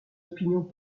opinions